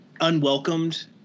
unwelcomed